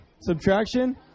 Subtraction